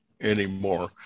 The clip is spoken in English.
anymore